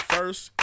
First